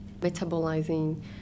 metabolizing